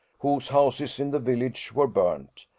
whose houses in the village were burnt.